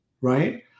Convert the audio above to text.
Right